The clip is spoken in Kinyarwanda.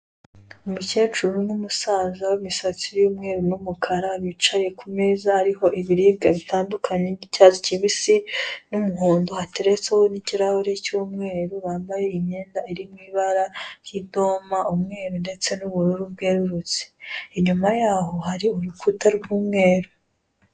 Umukecuru n'umusaza w'imisatsi y'umweru n'umukara, bicaye ku meza ariho ibiribwa bitandukanye by'icyatsi kibisi n'umuhondo, hateretseho n'ikirahuri cy'umweru, bambaye imyenda iri mu ibara ry'idoma, umweru ndetse n'ubururu bwerurutse. Inyuma yaho hari urukuta rw'umweru.